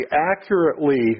accurately